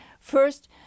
First